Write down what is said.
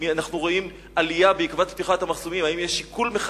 דרך אגב, התשובה הזאת היא גם תשובה על שאילתא מס'